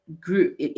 group